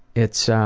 it's